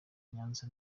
nyanza